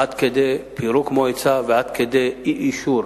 עד כדי פירוק מועצה ועד כדי אי-אישור